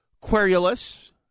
querulous